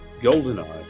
GoldenEye